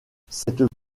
cette